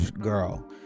girl